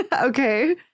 Okay